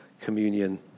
communion